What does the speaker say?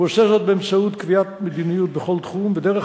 הוא עושה זאת באמצעות קביעת מדיניות בכל תחום ודרך